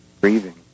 breathing